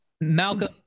Malcolm